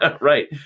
Right